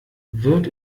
wird